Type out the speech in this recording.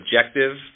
objective